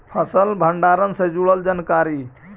फसल भंडारन से जुड़ल जानकारी?